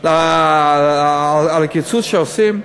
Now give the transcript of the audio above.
על הקיצוץ שעושים?